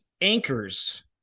anchors